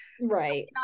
right